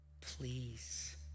please